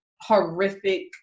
horrific